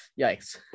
yikes